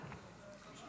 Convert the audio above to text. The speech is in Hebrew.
כבוד